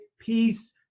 peace